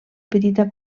petita